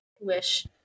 wish